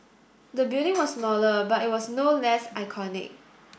the building was smaller but it was no less iconic